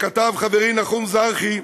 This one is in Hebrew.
שכתב חברי נחום זרחי,